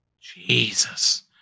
Jesus